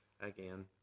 again